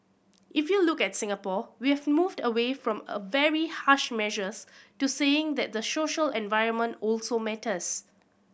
if you look at Singapore we have moved away from a very harsh measures to saying that the social environment also matters